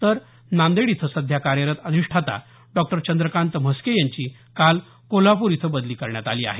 तर नांदेड इथं सध्या कार्यरत अधिष्ठाता डॉक्टर चंद्रकांत म्हस्के यांची काल कोल्हापूर इथं बदली करण्यात आली आहे